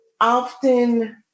often